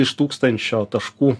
iš tūkstančio taškų